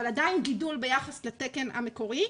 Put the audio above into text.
אבל עדיין גידול ביחס לתקן המקורי,